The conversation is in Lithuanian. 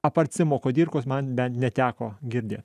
apart simo kudirkos man bent neteko girdėt